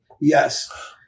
Yes